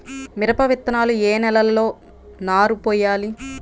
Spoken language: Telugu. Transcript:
మిరప విత్తనాలు ఏ నెలలో నారు పోయాలి?